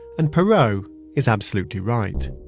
and perrow is absolutely right.